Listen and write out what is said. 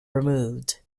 removed